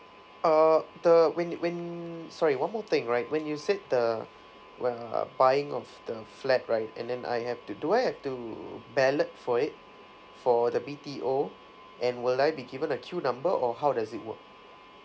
uh the when when sorry one more thing right when you say the err buying of the flat right and then I have to do I have to ballot for it for the B_T_O and will I be given a queue number or how does it work